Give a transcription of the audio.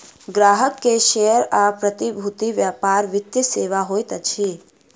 ग्राहक के शेयर आ प्रतिभूति व्यापार वित्तीय सेवा होइत अछि